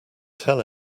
tell